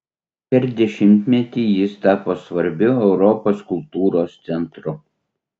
per dešimtmetį jis tapo svarbiu europos kultūros centru